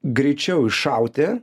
greičiau iššauti